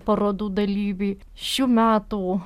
parodų dalyvį šių metų